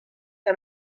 and